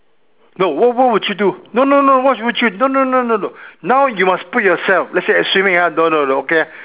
no what what would you do no no no no what would you no no no no now you must put yourself let's say assuming ah no no okay ah